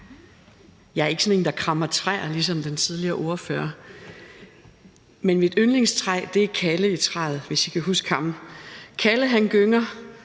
Jeg er ikke sådan en, der krammer træer ligesom den tidligere ordfører. Men mit yndlingstræ er »Kalles klatretræ«, hvis I kan huske Kalle. Kalle gynger,